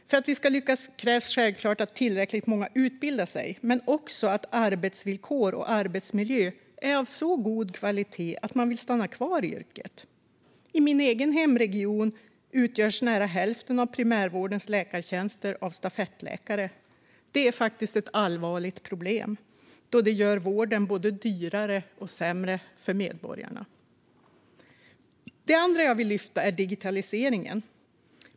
För att vi ska lyckas krävs självklart att tillräckligt många utbildar sig men också att arbetsvillkor och arbetsmiljö är av så god kvalitet att man vill stanna kvar i yrket. I min egen hemregion utgörs nära hälften av primärvårdens läkartjänster av stafettläkare. Det är ett allvarligt problem, då det gör vården både dyrare och sämre för medborgarna. En annan sak jag vill lyfta upp är digitaliseringen.